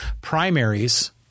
primaries